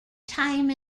time